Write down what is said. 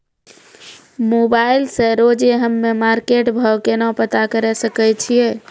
Mobile से रोजे हम्मे मार्केट भाव केना पता करे सकय छियै?